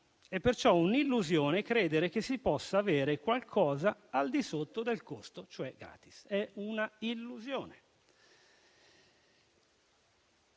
perciò è un'illusione credere che si possa avere qualcosa al di sotto del costo, cioè *gratis*. Tutto